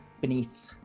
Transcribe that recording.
beneath